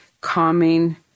calming